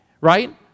right